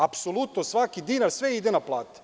Apsolutno svaki dinar ide na plate.